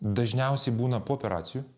dažniausiai būna po operacijų